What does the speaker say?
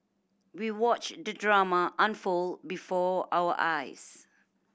we watched the drama unfold before our eyes